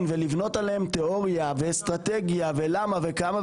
ולבנות עליהם תיאוריה ואסטרטגיה ולמה וכמה,